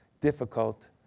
difficult